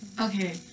Okay